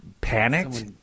panicked